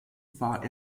war